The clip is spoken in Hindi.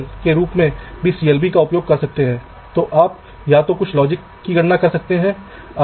इसी तरह मेरे पास यहां एक और ब्लॉक हो सकता है यहां पर VDD और यहां ग्राउंड हो सकता है कुछ इस प्रकार से